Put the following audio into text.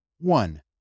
One